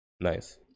nice